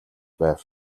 байв